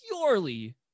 purely